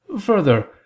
Further